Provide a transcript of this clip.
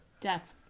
Death